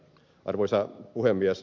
arvoisa puhemies